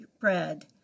bread